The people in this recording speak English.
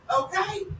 okay